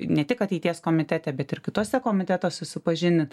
ne tik ateities komitete bet ir kituose komitetuose supažindint